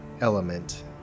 element